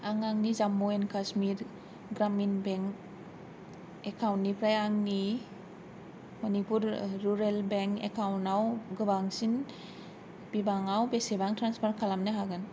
आं आंनि Jammu and Kashmir Gramin bank एकाउन्टनिफ्राय आंनि मणिपुर रुरेल बेंक एकाउन्टआव गोबांसिन बिबाङाव बेसेबां ट्रेन्सफार खालामनो हागोन